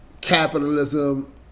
Capitalism